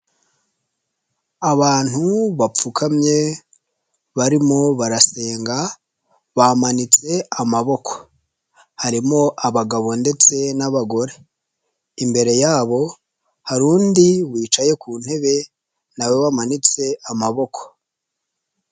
Abantu bapfukamye barimo barasenga bamanitse amaboko harimo abagabo ndetse n'abagore, imbere yabo hari undi wicaye ku ntebe na we wamanitse amaboko.